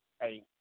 Hey